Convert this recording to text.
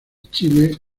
chile